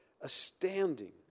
astounding